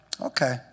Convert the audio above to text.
okay